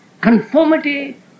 conformity